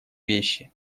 вещи